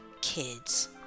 kids